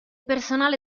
personale